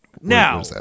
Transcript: Now